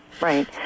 right